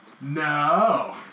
No